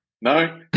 No